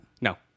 No